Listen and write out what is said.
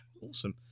awesome